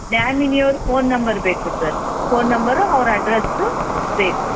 nominee ಅವ್ರ phone number ಬೇಕು sir phone number ಅವ್ರ ಅಡ್ರಸ್ಸು ಬೇಕು